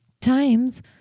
times